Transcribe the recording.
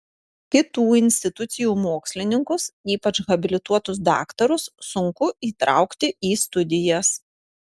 kitų institucijų mokslininkus ypač habilituotus daktarus sunku įtraukti į studijas